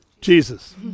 Jesus